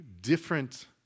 different